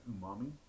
umami